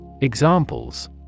Examples